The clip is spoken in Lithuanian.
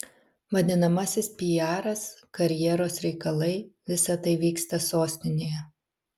vadinamasis piaras karjeros reikalai visa tai vyksta sostinėje